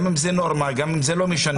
גם אם זה נורמה, גם אם זה לא משנה.